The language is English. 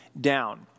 down